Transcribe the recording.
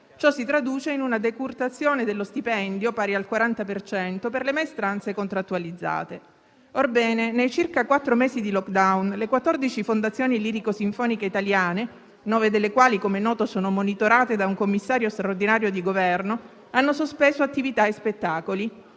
Ciò si traduce in una decurtazione dello stipendio pari al 40 per cento per le maestranze contrattualizzate. Orbene, nei circa quattro mesi di *lockdown* le 14 fondazioni lirico-sinfoniche italiane, nove delle quali - com'è noto - sono monitorate da un commissario straordinario di Governo, hanno sospeso attività e spettacoli.